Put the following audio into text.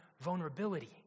vulnerability